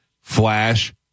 Flash